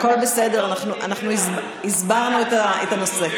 הכול בסדר, אנחנו הסברנו את הנושא.